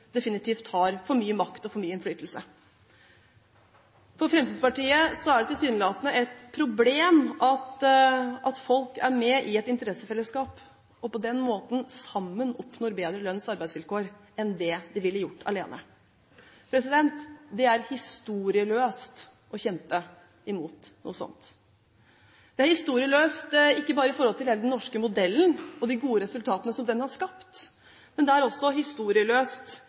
definitivt har for mye makt og for mye innflytelse. For Fremskrittspartiet er det tilsynelatende et problem at folk er med i et interessefellesskap og på den måten sammen oppnår bedre lønns- og arbeidsvilkår enn det de ville gjort alene. Det er historieløst å kjempe imot noe slikt. Det er historieløst ikke bare i forhold til hele den norske modellen og de gode resultatene som den har skapt, det er også historieløst